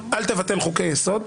אל תבטל חוקי יסוד,